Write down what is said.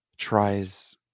tries